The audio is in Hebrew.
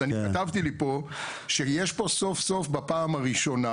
אז אני כתבתי לי פה שיש פה סוף סוף בפעם הראשונה